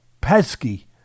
pesky